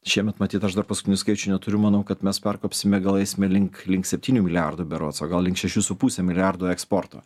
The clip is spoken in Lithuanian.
šiemet matyt aš dar paskutinių skaičių neturiu manau kad mes perkopsime gal eisime link link septynių milijardų berods o gal link šešių su puse milijardo eksporto